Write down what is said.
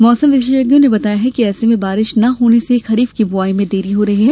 मौसम विशेषज्ञों ने बताया कि ऐसे में बारिश न होने से खरीफ की बुआई में देरी हो रही है